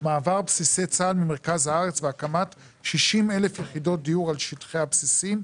מעבר בסיסי צה"ל ממרכז הארץ והקמת 60,000 יחידות דיור על שטחי הבסיסים.